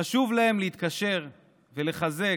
חשוב להם להתקשר ולחזק,